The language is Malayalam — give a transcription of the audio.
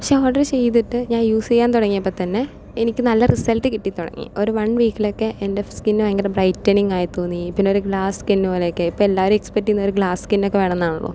പക്ഷെ ഓർഡർ ചെയ്തിട്ട് ഞാൻ യൂസ് ചെയ്യാൻ തുടങ്ങിയപ്പം തന്നെ എനിക്ക് നല്ല റിസൾട്ട് കിട്ടി തുടങ്ങി ഒരു വൺ വീക്കിൽ ഒക്കെ എൻ്റെ സ്കിൻ ഭയങ്കര ബ്രൈറ്റനിങ് ആയി തോന്നി പിന്നെ ഒരു ഗ്ലാസ് സ്കിൻ പോലെയൊക്കെ ആയി ഇപ്പം എല്ലാവരും എക്സ്പെക്റ്റ് ചെയുന്നത് ഗ്ലാസ് സ്കിൻ ഒക്കെ വേണം എന്ന് ആണല്ലോ